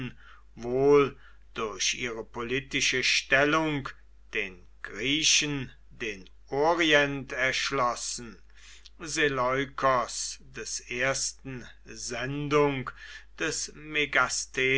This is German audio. wohl durch ihre politische stellung den griechen den orient erschlossen seleukos i sendung des